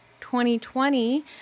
2020